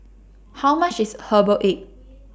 How much IS Herbal Egg